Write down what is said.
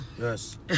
Yes